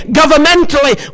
governmentally